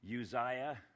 Uzziah